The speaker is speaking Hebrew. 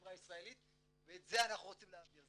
החברה הישראלית ואת זה אנחנו רוצים להעביר,